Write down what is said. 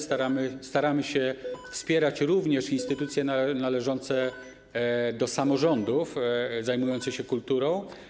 Staramy się wspierać również instytucje należące do samorządów zajmujące się kulturą.